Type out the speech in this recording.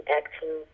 acting